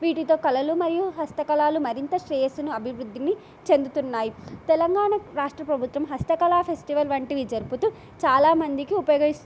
వీటితో కళలు మరియు హస్తకళలు మరింత శ్రేయస్సును అభివృద్ధిని చెందుతున్నాయి తెలంగాణ రాష్ట్ర ప్రభుత్వం హస్తకళ ఫెస్టివల్ వంటివి జరుపుతూ చాలామందికి ఉపయోగి